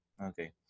okay